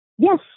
Yes